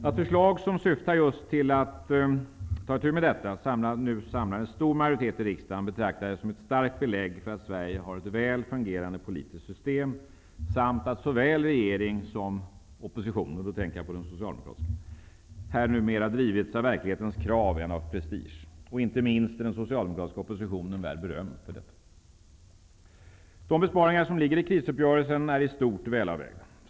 Att förslag som syftar just till att ta itu med detta samlar en stor majoritet i riksdagen betraktar jag som ett starkt belägg för att Sverige har ett väl fungerande politiskt system samt att såväl regering som opposition -- då tänker jag på den socialdemokratiska -- numera drivits av verklighetens krav mer än av prestige. Inte minst är den socialdemokratiska oppositionen värd beröm för detta. De besparingar som ligger i krisuppgörelsen är i stort välavvägda.